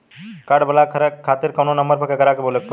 Card block करे खातिर कवना नंबर पर केकरा के बोले के परी?